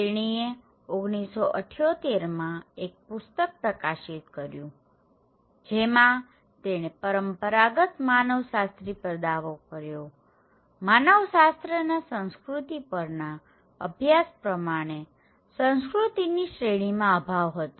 તેણીએ 1978માં એક પુસ્તક પ્રકાશિત કર્યું જેમાં તેણે પરંપરાગત માનવશાસ્ત્રી પર દાવો કર્યોમાનવશાસત્રના સંસ્કૃતિ પરના અભ્યાસ પ્રમાણે સંસ્કૃતિની શ્રેણીમાં અભાવ હતો